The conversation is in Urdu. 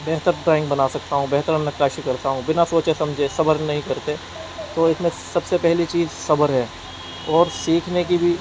بہتر ڈرائنگ بنا سکتا ہوں بہتر نقاشی کرتا ہوں بنا سوچے سمجھے صبر نہیں کرتے تو اس میں سب سے پہلی چیز صبر ہے اور سیکھنے کی بھی